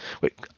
Wait